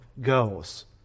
goes